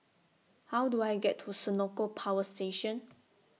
How Do I get to Senoko Power Station